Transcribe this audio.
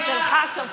מהממשלה שלך.